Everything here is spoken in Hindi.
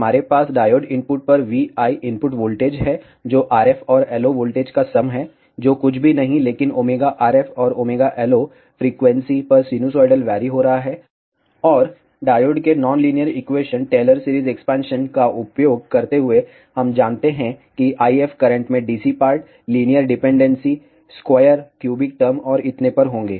हमारे पास डायोड इनपुट पर v i इनपुट वोल्टेज है जो RF और LO वोल्टेज का सम है जो कुछ भी नहीं लेकिन ωRF और ωLO फ्रीक्वेंसी पर सिनुसाइडल वैरी हो रहा हैं और डायोड के non linear equation Taylor series expansion का उपयोग करते हुए हम जानते हैं कि IF करंट में DC part linear dependency square cubic term और इतने पर होंगे